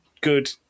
good